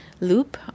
loop